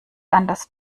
anders